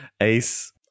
Ace